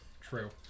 True